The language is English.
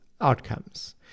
Outcomes